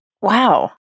Wow